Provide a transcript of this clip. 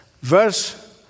Verse